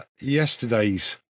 yesterday's